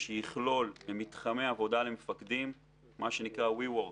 שיכלול מתחמי עבודה למפקדים, מה שנקרא We work,